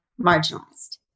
marginalized